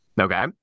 Okay